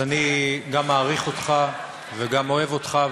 אז אני גם מעריך אותך וגם אוהב אותך,